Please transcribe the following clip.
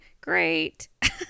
Great